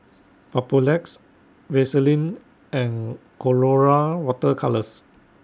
Papulex Vaselin and Colora Water Colours